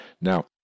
Now